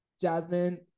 jasmine